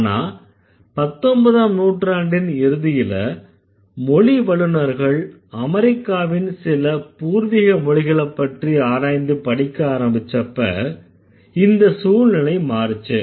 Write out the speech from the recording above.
ஆனா 19ஆம் நூற்றாண்டின் இறுதியில மொழி வல்லுநர்கள் அமெரிக்காவின் சில பூர்வீக மொழிகளப்பற்றி ஆராய்ந்து படிக்க ஆரம்பிச்சப்ப இந்த சூழ்நிலை மாறுச்சு